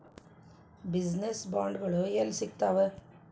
Business ಬಾಂಡ್ಗಳು ಯೆಲ್ಲಿ ಸಿಗ್ತಾವ?